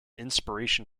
inspiration